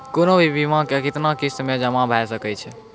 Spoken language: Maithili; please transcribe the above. कोनो भी बीमा के कितना किस्त मे जमा भाय सके छै?